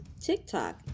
TikTok